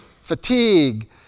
fatigue